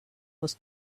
was